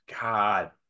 God